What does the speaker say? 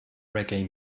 reggae